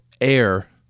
Air